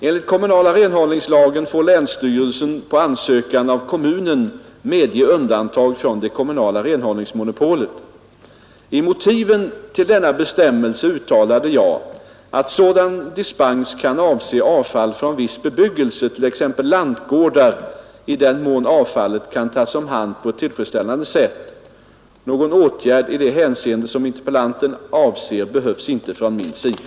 Enligt kommunala renhållningslagen får länsstyrelsen på ansökan av kommunen medge undantag från det kommunala renhållningsmonopolet. I motiven till denna bestämmelse uttalade jag att sådan dispens kan avse avfall från viss bebyggelse, t.ex. lantgårdar, i den mån avfallet kan tas om hand på ett tillfredsställande sätt. Någon åtgärd i det hänseende som interpellanten avser behövs inte från min sida.